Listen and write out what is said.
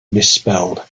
misspelled